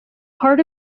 part